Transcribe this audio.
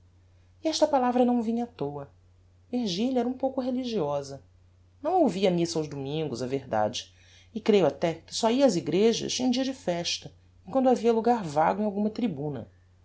esta palavra não vinha á toa virgilia era um pouco religiosa não ouvia missa aos domingos é verdade e creio até que só ia ás igrejas em dia de festa e quando havia logar vago em alguma tribuna